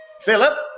Philip